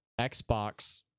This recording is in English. Xbox